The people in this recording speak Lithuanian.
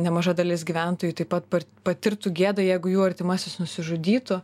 nemaža dalis gyventojų taip pat patirtų gėdą jeigu jų artimasis nusižudytų